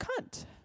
cunt